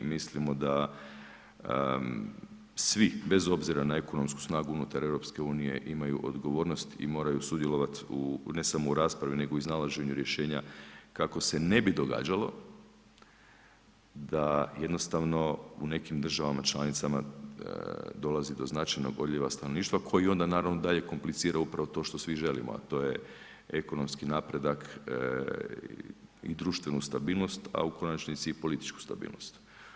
Mislimo da svi, bez obzira na ekonomsku snagu unutar EU imaju odgovornost i moraju sudjelovati ne samo u raspravi nego i iznalaženju rješenja kako se ne bi događalo da jednostavno u nekim državama članicama dolazi do značajnog odljeva stanovništva koji onda naravno dalje komplicira upravo to što svi želimo a to je ekonomski napredak i društvenu stabilnost, a u konačnici i političku stabilnost.